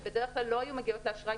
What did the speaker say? כשבדרך כלל לא היו מגיעות לאשראי,